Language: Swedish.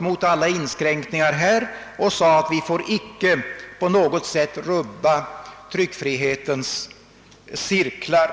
mot alla inskränkningar av en sådan här reklam under hänvisning till tryckfriheten och sade att tryckfrihetens cirklar inte på något sätt finge rubbas.